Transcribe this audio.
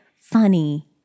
funny